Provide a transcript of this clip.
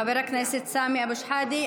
חבר הכנסת סמי אבו שחאדה,